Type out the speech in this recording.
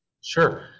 Sure